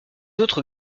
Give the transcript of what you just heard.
autres